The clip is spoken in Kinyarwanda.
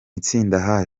itsinda